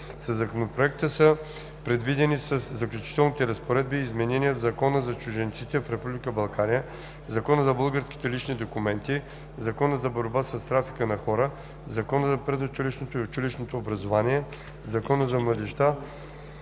Със Законопроекта са предвидени със Заключителните разпоредби изменения в Закона за чужденците в Република България, Закона за българските лични документи, Закона за борба с трафика на хора, Закона за предучилищното и училищното образование, Закона за младежта,